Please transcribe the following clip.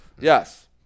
Yes